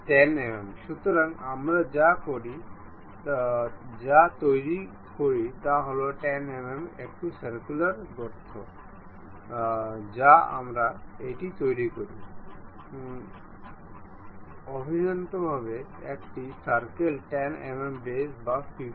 এই অ্যাসেম্বলির ইতিহাস আমরা এখানে দেখতে পাচ্ছি আমরা যা করেছি তা হল এই প্রথম কয়েন্সিডেন্ট মেট যা দুটি ব্লকের এজের মধ্যে ছিল এবং দ্বিতীয়টি এইভাবে এই ব্লকের অরিজিনের কোর্ডিনেটে ছিল